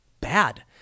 bad